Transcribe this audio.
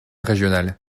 régionale